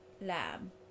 lamb